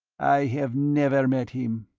i have never met him.